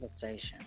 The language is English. conversation